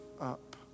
up